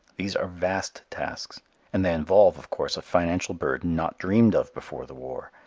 these are vast tasks and they involve, of course, a financial burden not dreamed of before the war.